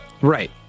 Right